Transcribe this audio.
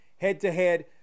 head-to-head